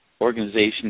organization